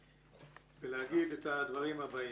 ולומר את הדברים הבאים: